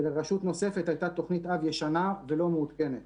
ולרשות נוספת הייתה תוכנית אב ישנה ולא מעודכנת.